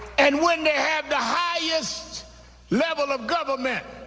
and when they have the highest level of government